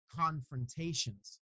confrontations